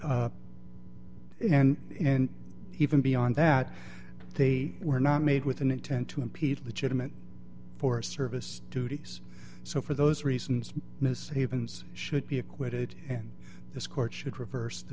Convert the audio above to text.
and in even beyond that they were not made with an intent to impede legitimate for service duties so for those reasons mr havens should be acquitted and this court should reverse the